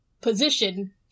position